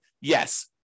yes